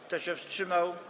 Kto się wstrzymał?